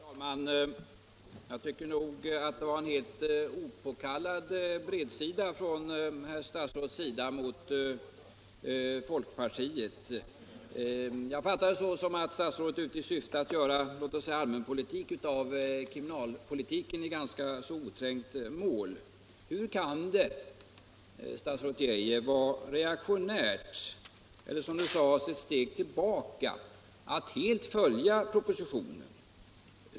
Herr talman! Jag tycker nog att det var en helt opåkallad bredsida från herr statsrådet mot folkpartiet. Jag fattade det så att statsrådet var ute i syfte att göra allmänpolitik av kriminalpolitiken i ganska oträngt mål. Hur kan det, statsrådet Geijer, vara reaktionärt — eller, som det sades, ett steg tillbaka — att helt följa propositionen?